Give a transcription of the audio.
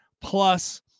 plus